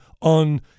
on